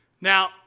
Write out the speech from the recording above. Now